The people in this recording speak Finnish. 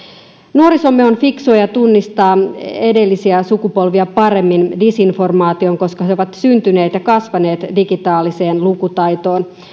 nuorisomme on fiksua ja tunnistaa edellisiä sukupolvia paremmin disinformaation koska he ovat syntyneet ja kasvaneet digitaaliseen lukutaitoon